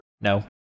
no